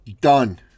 done